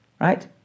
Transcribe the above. Right